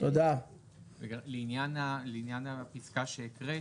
לעניין הפסקה שהקראת,